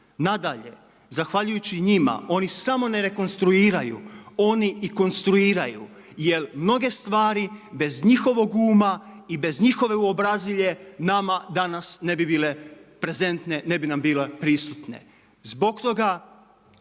Nadalje, zahvaljujući njima oni samo ne rekonstruiraju, oni i konstruiraju. Jer mnoge stvari bez njihovog uma i bez njihove uobrazilje nama danas ne bi bile prezentne, ne bi nam bile prisutne. Zbog toga